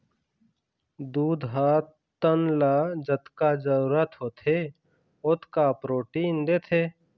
दूद ह तन ल जतका जरूरत होथे ओतका प्रोटीन देथे